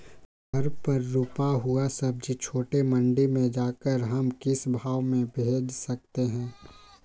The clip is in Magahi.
घर पर रूपा हुआ सब्जी छोटे मंडी में जाकर हम किस भाव में भेज सकते हैं?